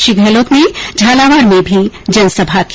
श्री गहलोत ने झालावाड़ में भी जनसभा की